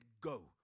go